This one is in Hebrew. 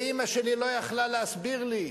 ואמא שלי לא יכלה להסביר לי,